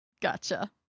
Gotcha